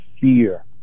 fear